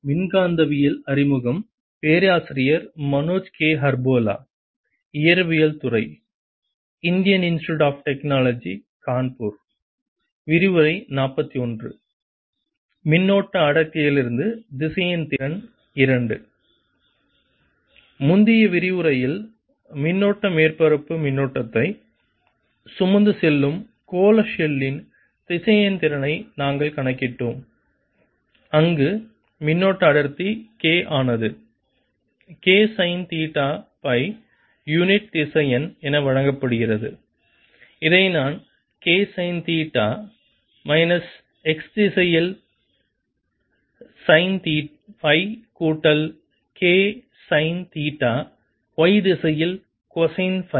மின்னோட்ட அடர்த்தியிலிருந்து திசையன் திறன் 11 முந்தைய விரிவுரையில் மின்னோட்ட மேற்பரப்பு மின்னோட்டத்தை சுமந்து செல்லும் கோள ஷெல்லின் திசையன் திறனை நாங்கள் கணக்கிட்டோம் அங்கு மின்னோட்ட அடர்த்தி K ஆனது K sine theta psi unit திசையன் என வழங்கப்படுகிறது இதை நான் K sine theta minus x திசையில் சைன் சை கூட்டல் K சைன் தீட்டா y திசையில் கொசைன் சை